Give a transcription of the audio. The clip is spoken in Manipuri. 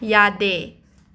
ꯌꯥꯗꯦ